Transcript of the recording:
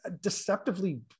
deceptively